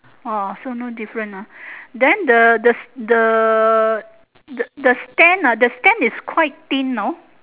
orh so no different ah then the the the the stand ah the stand is quite thin no